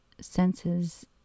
senses